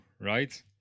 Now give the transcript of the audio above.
right